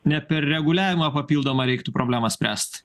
ne per reguliavimą papildomą reiktų problemą spręst